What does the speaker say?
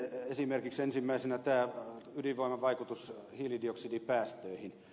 ensimmäisenä esimerkiksi tämä ydinvoiman vaikutus hiilidioksidipäästöihin